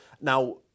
Now